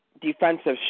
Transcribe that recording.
Defensive